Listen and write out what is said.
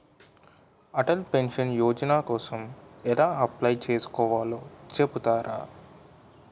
Atal pension Yojana కోసం ఎలా apply చేసుకోవాలో చెపుతారా?